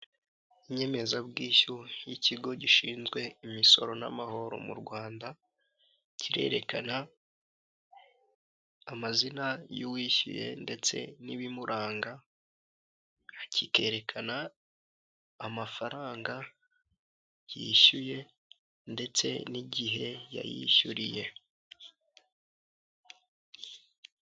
Inyemezabwishyu y'ikigo gishinzwe imisoro n'amahoro mu Rwanda, kirerekana amazina y'uwishyuye ndetse n'ibimuranga, kikerekana amafaranga yishyuye ndetse n'igihe yayishyuriye.